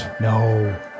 No